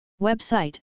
Website